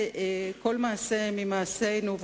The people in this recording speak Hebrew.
כל מעשה ממעשינו,